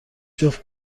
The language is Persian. جفت